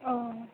औ